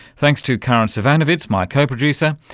thanks to karin zsivanovits, my co-producer,